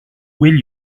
will